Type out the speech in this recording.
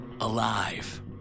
alive